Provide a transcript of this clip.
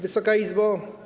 Wysoka Izbo!